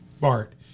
bart